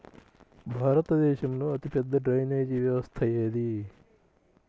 భారతదేశంలో అతిపెద్ద డ్రైనేజీ వ్యవస్థ ఏది?